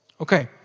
Okay